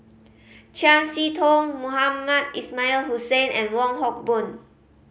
Chiam See Tong Mohamed Ismail Hussain and Wong Hock Boon